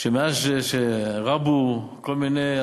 מאז שרבו כל מיני,